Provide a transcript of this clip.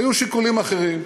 היו שיקולים אחרים.